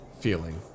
feeling